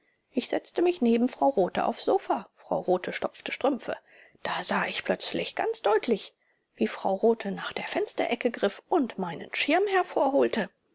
ich setzte mich neben frau rothe aufs sofa frau rothe stopfte strümpfe da sah ich plötzlich ganz deutlich wie frau rothe nach der fensterecke griff und meinen schirm hervorholte